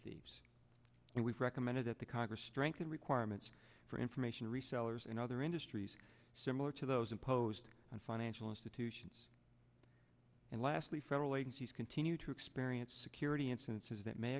thieves and we've recommended that the congress strengthen requirements for information resellers in other industries similar to those imposed on financial institutions and lastly federal agencies continue to experience security instances that may